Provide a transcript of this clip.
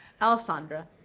Alessandra